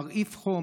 מרעיף חום,